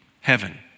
Heaven